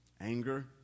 anger